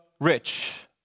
rich